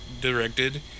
directed